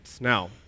Now